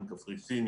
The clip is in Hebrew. קפריסין,